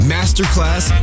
Masterclass